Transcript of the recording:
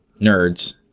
nerds